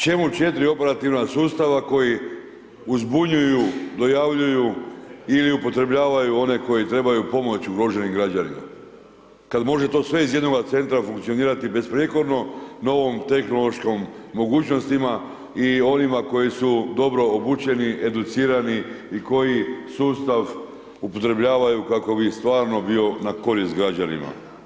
Čemu 4 operativna sustava koji uzbunjuju, dojavljuju ili upotrebljavaju one koji trebaju pomoći ugroženim građanima kad može to sve iz jednoga centra funkcionirati besprijekorno, novim, tehnološkim mogućnostima i onima koji su dobro obučeni, educirani i koji sustav upotrebljavaju kako bi stvarno bio na korist građanima.